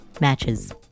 matches